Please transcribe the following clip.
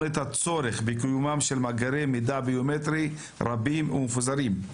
את הצורך בקיומם של מאגרי מידע ביומטרי רבים ומפוזרים.